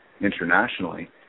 internationally